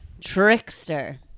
trickster